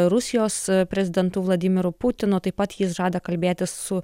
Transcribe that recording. rusijos prezidentu vladimiru putinu taip pat jis žada kalbėtis su